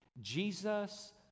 Jesus